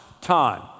time